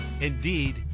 Indeed